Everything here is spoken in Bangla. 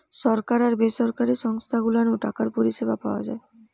সরকার আর বেসরকারি সংস্থা গুলা নু টাকার পরিষেবা পাওয়া যায়